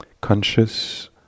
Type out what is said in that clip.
conscious